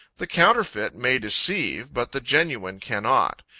the counterfeit may deceive, but the genuine cannot.